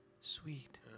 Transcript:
sweet